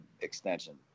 extension